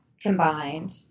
combined